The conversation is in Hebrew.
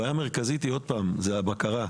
הבעיה המרכזית היא הבקרה,